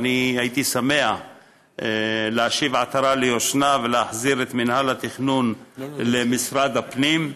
אני הייתי שמח להשיב עטרה ליושנה ולהחזיר את מינהל התכנון למשרד הפנים,